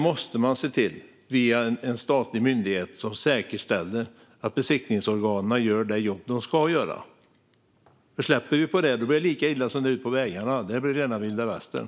Detta måste ses till via en statlig myndighet som säkerställer att besiktningsorganen gör det jobb som de ska göra. Om vi släpper på det blir det lika illa som det är ute på vägarna; det blir rena vilda västern.